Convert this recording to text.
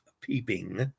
peeping